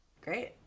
great